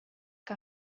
que